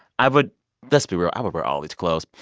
i would let's be real i would wear all these clothes.